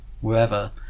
wherever